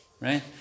right